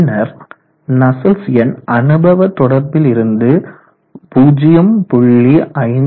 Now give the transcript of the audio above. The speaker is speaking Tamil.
பின்னர் நஸ்சல்ட்ஸ் எண் அனுபவ தொடர்பிலிருந்து 0